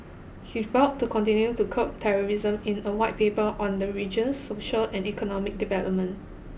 he vowed to continue to curb terrorism in a White Paper on the region's social and economic development